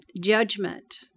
judgment